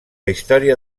història